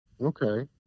Okay